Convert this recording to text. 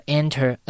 enter